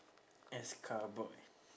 as cowboy